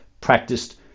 practiced